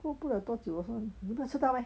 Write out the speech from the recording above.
过不了多久好像你没有吃到 meh